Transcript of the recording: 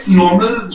normal